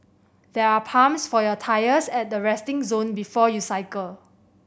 there are pumps for your tyres at the resting zone before you cycle